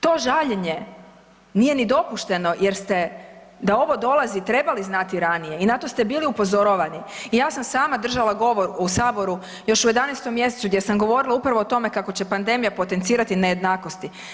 To žaljenje nije ni dopušteno jer ste, da ovo dolazi, trebali znati ranije i na to ste bili upozoravani i ja sam sama držala govor u Saboru još u 11. mj. gdje sam govorila upravo o tome kako će pandemija potencirati nejednakosti.